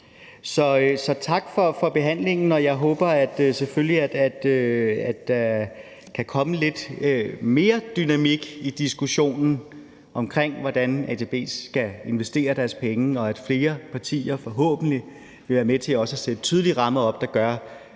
Så tak for behandlingen. Jeg håber selvfølgelig, at der kan komme lidt mere dynamik i diskussionen om, hvordan ATP skal investere sine penge, og at flere partier forhåbentlig vil være med til også at sætte tydelige rammer op, der gør,